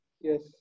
yes